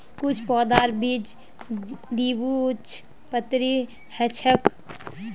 कुछू पौधार बीज द्विबीजपत्री ह छेक